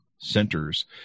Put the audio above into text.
Centers